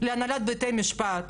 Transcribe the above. להנהלת בתי המשפט,